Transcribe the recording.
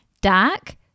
dark